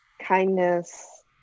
kindness